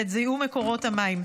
ואת זיהום מקורות המים.